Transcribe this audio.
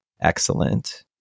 excellent